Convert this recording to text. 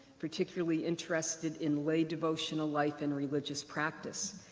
particularly interested in lay devotional life and religious practice.